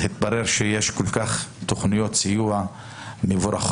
התברר שיש תכניות סיוע כל כך מבורכות